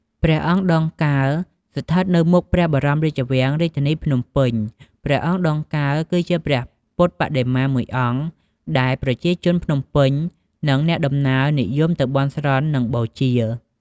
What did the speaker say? ព្រះអង្គដងកើ ស្ថិតនៅមុខព្រះបរមរាជវាំង រាជធានីភ្នំពេញ ព្រះអង្គដងកើ គឺជាព្រះពុទ្ធបដិមាមួយអង្គដែលប្រជាជនភ្នំពេញ និងអ្នកដំណើរនិយមទៅបន់ស្រន់ និងបូជា។